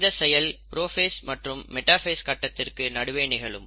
இந்த செயல் புரோஃபேஸ் மற்றும் மெடாஃபேஸ் கட்டத்திற்கு நடுவே நிகழும்